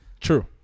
True